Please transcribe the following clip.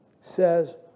says